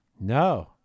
No